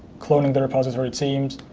cloning the repository it seems,